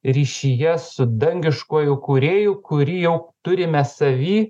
ryšyje su dangiškuoju kūrėju kurį jau turime savy